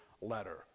letter